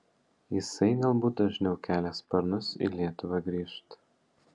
jisai galbūt dažniau kelia sparnus į lietuvą grįžt